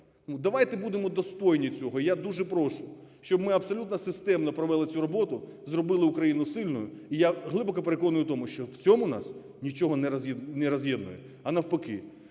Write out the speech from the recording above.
Давайте будемо достойні цього, я дуже прошу, щоб ми абсолютно системно провели цю роботу, зробили Україну сильною і глибоко переконаний в тому, що в цьому нас нічого не роз'єднує, а навпаки.